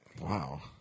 Wow